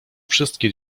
wszystkie